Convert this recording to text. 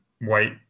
white